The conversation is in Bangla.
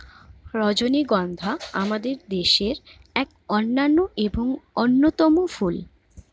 রজনীগন্ধা আমাদের দেশের এক অনন্য এবং অন্যতম ফুল